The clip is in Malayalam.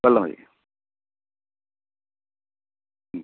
വെള്ള മതി മ്